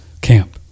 camp